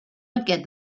aquest